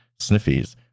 sniffies